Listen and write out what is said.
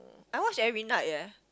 I watch every night eh